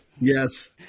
Yes